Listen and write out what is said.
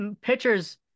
Pitchers